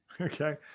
Okay